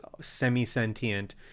semi-sentient